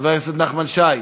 חבר הכנסת נחמן שי.